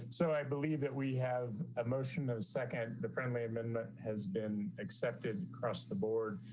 so i believe that we have a motion of second the friendly amendment has been accepted across the board.